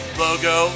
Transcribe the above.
logo